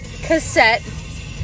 cassette